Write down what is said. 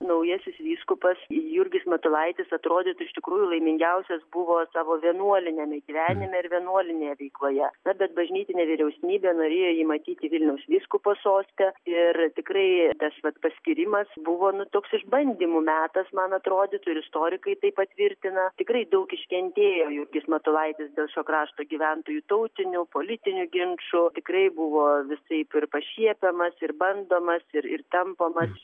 naujasis vyskupas jurgis matulaitis atrodytų iš tikrųjų laimingiausias buvo savo vienuoliniame gyvenime ir vienuolinėje veikloje na bet bažnytinė vyresnybė norėjo jį matyti vilniaus vyskupo soste ir tikrai tas vat paskyrimas buvo nu toks išbandymų metas man atrodytų ir istorikai tai patvirtina tikrai daug iškentėjo jurgis matulaitis dėl šio krašto gyventojų tautinių politinių ginčų tikrai buvo visaip ir pašiepiamas ir bandomas ir ir tampomas